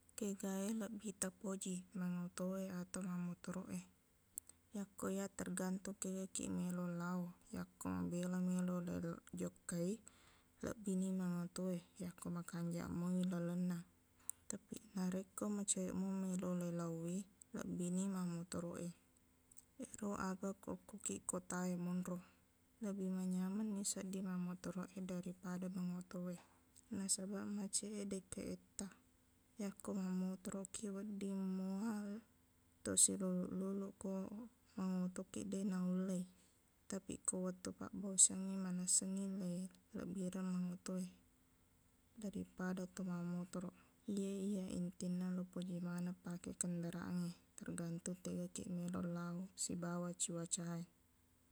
Kegae lebbi tapoji mangngoto e ato mammotoroq e yakko iyaq tergantung kegakiq meloq lao yakko mabela meloq lel- jokkai lebbini mangngoto e yakko makanjaqmoi lalenna tapiq narekko macaweqmo meloq leilaowi lebbini mammotoroq e ero aga ko okkokiq kota e monro lebi menyamenni sedding mammotoroq e daripada mangngoto e nasabaq maceq e dekke etta yakko mammotoroqkiq weddingmoha tosiluluq-luluq ko mangotokiq deq naulle tapiq ko wettu pabbosiangngi manessani leilebbireng mangngoto e daripada tomammotoroq iye-iye intinna lupoji maneng pake kendaraannge tergantung tegakiq meloq lao sibawa cuaca e